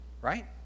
right